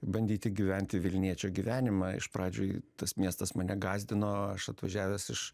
bandyti gyventi vilniečio gyvenimą iš pradžių tas miestas mane gąsdino aš atvažiavęs iš